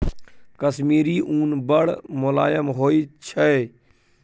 कश्मीरी उन बड़ मोलायम होइ छै